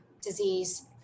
disease